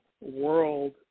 world